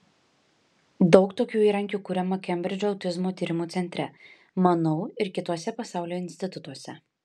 daug tokių įrankių kuriama kembridžo autizmo tyrimų centre manau ir kituose pasaulio institutuose